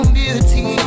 beauty